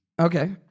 Okay